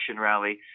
Rally